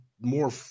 more